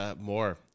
more